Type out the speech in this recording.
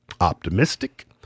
optimistic